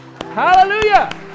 Hallelujah